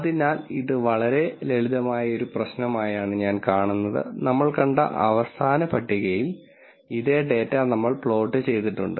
അതിനാൽ ഇത് വളരെ ലളിതമായ ഒരു പ്രശ്നമായാണ് ഞാൻ കാണുന്നത് നമ്മൾ കണ്ട അവസാന പട്ടികയിൽ ഇതേ ഡാറ്റ നമ്മൾ പ്ലോട്ട് ചെയ്തിട്ടുണ്ട്